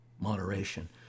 moderation